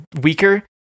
weaker